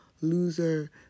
loser